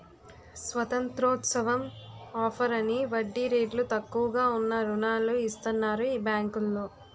స్వతంత్రోత్సవం offer అని వడ్డీ రేట్లు తక్కువగా ఉన్న రుణాలు ఇస్తన్నారు ఈ బేంకులో